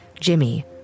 Jimmy